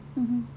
mmhmm